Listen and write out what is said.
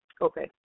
Okay